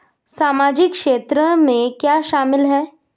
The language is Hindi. सामाजिक क्षेत्र में क्या शामिल है?